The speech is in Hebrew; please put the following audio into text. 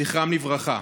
זכרם לברכה.